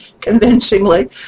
convincingly